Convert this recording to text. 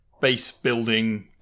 base-building